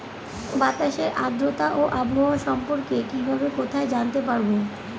বাতাসের আর্দ্রতা ও আবহাওয়া সম্পর্কে কিভাবে কোথায় জানতে পারবো?